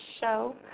show